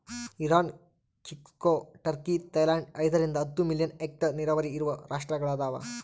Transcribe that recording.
Iran ಕ್ಸಿಕೊ Turkey Thailand ಐದರಿಂದ ಹತ್ತು ಮಿಲಿಯನ್ ಹೆಕ್ಟೇರ್ ನೀರಾವರಿ ಇರುವ ರಾಷ್ಟ್ರಗಳದವ